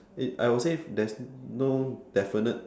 it I will say there's no definite